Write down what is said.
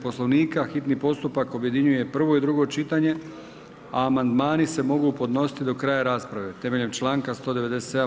Poslovnika hitni postupak objedinjuje prvo i drugo čitanje, a amandmani se mogu podnositi do kraja rasprave temeljem članka 197.